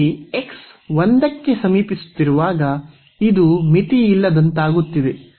ಇಲ್ಲಿ x 1 ಕ್ಕೆ ಸಮೀಪಿಸುತ್ತಿರುವಾಗ ಇದು ಮಿತಿಯಿಲ್ಲದಂತಾಗುತ್ತಿದೆ